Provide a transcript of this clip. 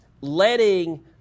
letting